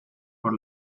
por